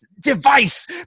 device